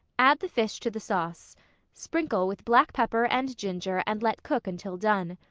add the fish to the sauce sprinkle with black pepper and ginger and let cook until done.